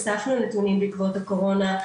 אספנו נתונים בעקבות הקורונה,